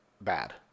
bad